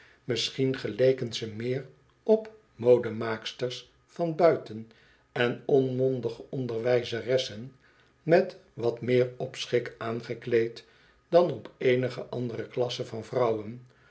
misschien geleken ze meer op modemaaksters van buiten en onmondige onderwijzeressen met wat meer opschik aangekleed dan op eenige andere klasse van vrouwen